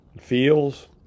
feels